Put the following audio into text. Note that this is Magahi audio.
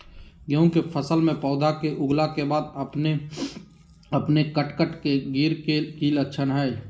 गेहूं के फसल में पौधा के उगला के बाद अपने अपने कट कट के गिरे के की लक्षण हय?